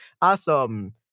Awesome